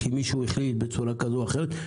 כי מישהו החליט בצורה כזו או אחרת.